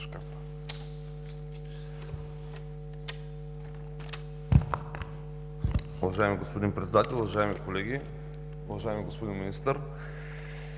Благодаря.